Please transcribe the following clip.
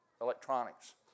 electronics